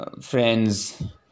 friends